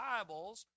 Bibles